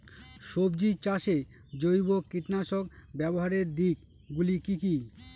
সবজি চাষে জৈব কীটনাশক ব্যাবহারের দিক গুলি কি কী?